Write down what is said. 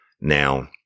now